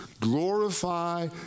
glorify